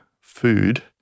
food